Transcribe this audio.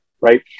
right